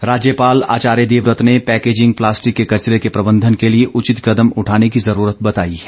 राज्यपाल राज्यपाल आचार्य देवव्रत ने पैकेजिंग पलास्टिक के कचरे के प्रबंधन के लिए उचित कदम उठाने की जरूरत बताई है